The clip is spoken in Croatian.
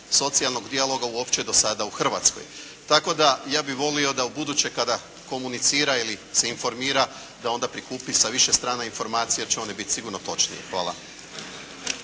socijalnog dijaloga uopće do sada u Hrvatskoj. Tako da ja bih volio da ubuduće kada komunicira ili se informira da onda prikupi sa više strana informacije jer će one biti sigurno točne. Hvala.